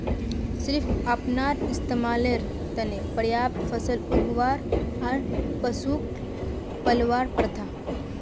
सिर्फ अपनार इस्तमालेर त न पर्याप्त फसल उगव्वा आर पशुक पलवार प्रथा